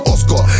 Oscar